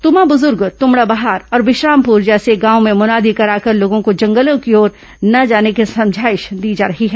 तुमाबुजूर्ग तुमड़ाबहार और विश्रामपुर जैसे गांवों में मुनादी कराकर लोगों को जंगलों की ओर न जाने की समझाइश दी जा रही है